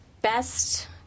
best